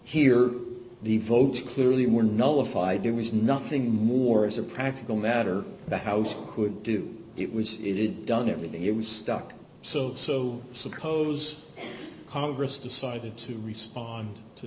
here the votes clearly were notified there was nothing more as a practical matter the house could do it was it done every day it was stuck so so suppose congress decided to respond to